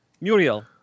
Muriel